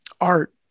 art